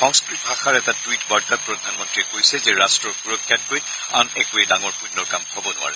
সংস্থত ভাষাৰ এটা টুইট বাৰ্তাত প্ৰধানমন্ত্ৰীয়ে কৈছে যে ৰট্টৰ সুৰক্ষাতকৈ আন একোৱেই ডাঙৰ পূণ্যৰ কাম হ'ব নোৱাৰে